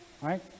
Right